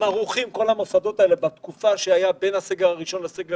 בין הסגר הראשון לשני